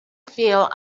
feel